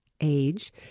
age